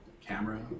camera